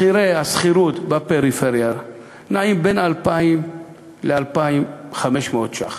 מחירי השכירות בפריפריה נעים בין 2,000 ל-2,500 ש"ח